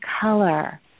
color